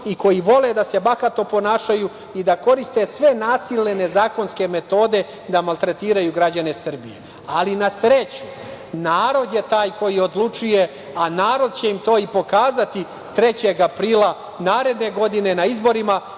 koji vole da se bahato ponašaju i da koriste sve nasilne nezakonske metode da maltretiraju građane Srbije. Na sreću, narod je taj koji odlučuje, a narod će im to i pokazati 3. aprila naredne godine na izborima